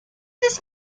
this